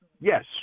yes